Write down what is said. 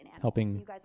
helping